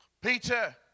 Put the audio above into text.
Peter